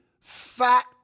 fat